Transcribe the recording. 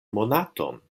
monaton